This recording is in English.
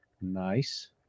nice